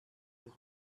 his